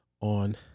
on